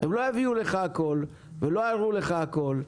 הם לא יביאו לך הכל ולא יראו לך הכל,